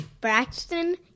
braxton